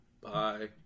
bye